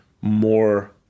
more